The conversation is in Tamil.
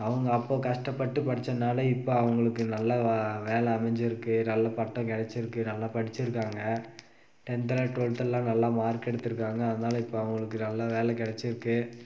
அவங்க அப்போ கஷ்டப்பட்டு படிச்சதினால இப்போ அவங்களுக்கு நல்ல வேலை அமைஞ்சிருக்கு நல்ல பட்டம் கெடைச்சிருக்கு நல்ல படிச்சுருக்காங்க டென்த்தில் டூவல்த்துலலாம் நல்ல மார்க்கெடுத்திருக்காங்க அதனால இப்போ அவங்களுக்கு நல்ல வேலை கெடைச்சிருக்கு